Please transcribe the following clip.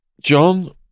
John